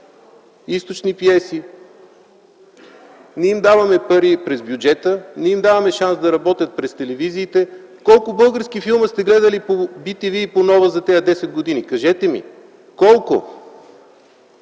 Оскарите. Не им даваме пари през бюджета, не им даваме шанс да работят през телевизиите. Колко български филма сте гледали по bТВ и по „Нова” за тези десет години, кажете ми? Колко?